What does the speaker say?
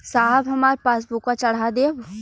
साहब हमार पासबुकवा चढ़ा देब?